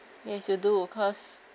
yes you do cause